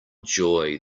joy